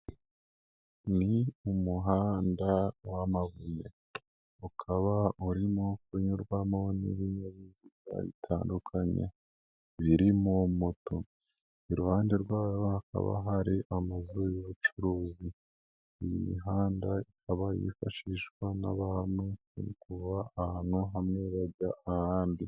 Ni umuhanda w'amabuye, ukaba urimo kunyurwamo n'ibinyabiziga bitandukanye, birimo moto, iruhande rwaho hakaba hari amazu y'ubucuruzi, iyi mihanda ikaba yifashishwa n'abantu kuva ahantu hamwe bajya ahandi.